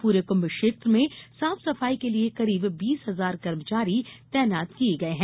पूरे कृम्भ क्षेत्र में साफ सफाई के लिये करीब बीस हजार कर्मचारी तैनात किये गये हैं